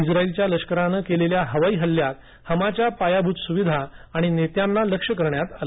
इस्राइलच्या लष्करानेकेलेल्या हवाई हल्ल्यात हमाच्या पायाभूत सुविधा आणि नेत्यांना लक्ष्य करण्यात आलं